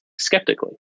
skeptically